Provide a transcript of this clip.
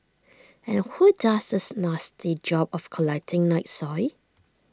and who does this nasty job of collecting night soil